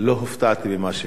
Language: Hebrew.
לא הופתעתי ממה שקרה.